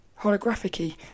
holographic-y